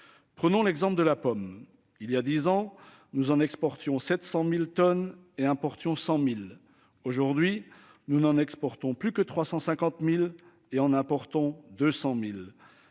Prenons l'exemple de la pomme. Il y a 10 ans. Nous en exportons 700.000 tonnes et importé ont 100.000 aujourd'hui. Nous n'en exportons plus que 350.000 et en importons 200.000.